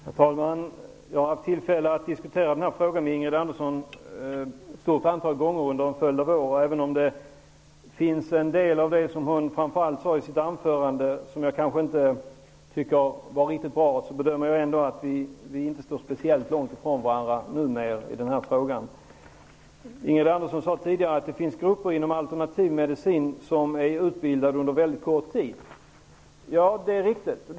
Herr talman! Jag har under en följd av år haft tillfälle att diskutera den här frågan med Ingrid Andersson ett stort antal gånger. Även om jag tycker att en del av det som hon sade i sitt anförande inte var riktigt bra, bedömer jag det ändå som att vi numera inte står så långt ifrån varandra. Ingrid Andersson sade tidigare att det finns grupper inom alternativmedicinen som har en väldigt kort utbildning. Det är riktigt.